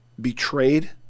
betrayed